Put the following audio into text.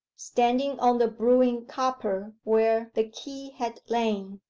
standing on the brewing-copper where the key had lain.